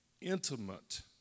intimate